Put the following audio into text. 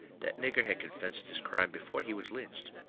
that nigger had confessed his crime before he was lynched.